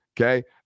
Okay